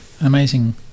amazing